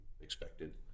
expected